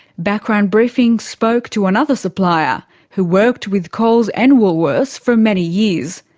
background briefing spoke to another supplier who worked with coles and woolworths for many years.